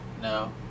No